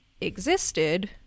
existed